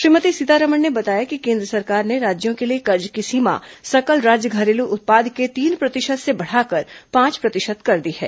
श्रीमती सीतारमण ने बताया कि केन्द्र सरकार ने राज्यों के लिए कर्ज की सीमा सकल राज्य घरेलू उत्पाद के तीन प्रतिशत से बढ़ाकर पांच प्रतिशत कर दी है